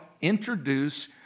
introduce